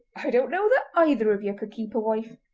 i don't know that either of ye could keep a wife